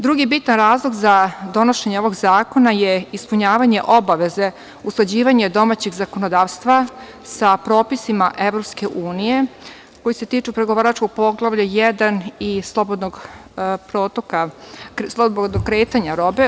Drugi bitan razlog za donošenje ovog zakona je ispunjavanje obaveze, usklađivanje domaćeg zakonodavstva sa propisima EU, koji se tiču pregovaračkog Poglavlja 1, i slobodnog kretanja robe.